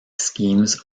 schemes